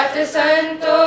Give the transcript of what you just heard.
Santo